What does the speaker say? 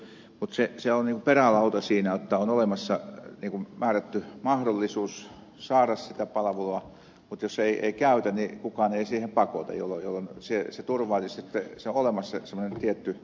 mutta se on niin kuin perälauta siinä jotta on olemassa määrätty mahdollisuus saada sitä palvelua mutta jos ei käytä niin kukaan ei siihen pakota jolloin on olemassa semmoinen tietty oikeus